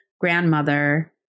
grandmother